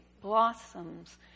blossoms